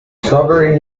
sober